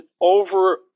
over